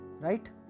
right